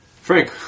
Frank